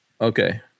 okay